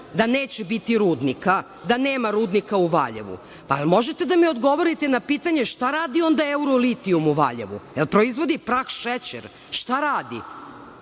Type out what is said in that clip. da neće biti rudnika, da nema rudnika u Valjevu, pa jel možete da mi odgovorite na pitanje, šta radi onda Eurolitijum u Valjevu? Jel proizvodi prah šećer, šta radi?